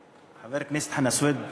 חבר הכנסת חנא סוייד מהנדס,